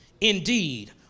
Indeed